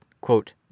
quote